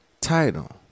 Title